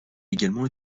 également